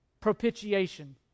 Propitiation